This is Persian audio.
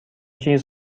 چیز